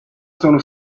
sono